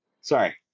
sorry